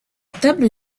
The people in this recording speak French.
table